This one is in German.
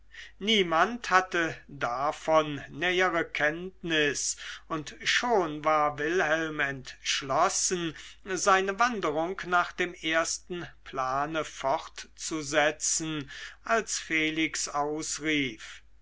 niemand hatte davon nähere kenntnis und schon war wilhelm entschlossen seine wanderung nach dem ersten plane fortzusetzen als felix ausrief